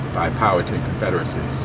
by powhatan confederacy,